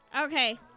Okay